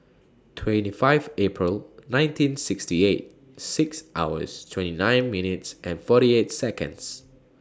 twenty five April nineteen sixty eight six hours twenty nine minutes and forty eight Seconds